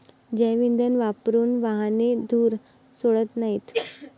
जैवइंधन वापरून वाहने धूर सोडत नाहीत